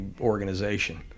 organization